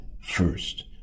First